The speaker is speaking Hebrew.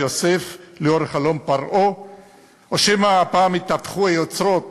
או שמא הפעם התהפכו היוצרות